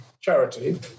charity